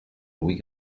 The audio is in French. louis